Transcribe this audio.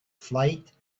flight